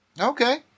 Okay